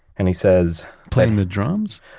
and he says, playing the drums?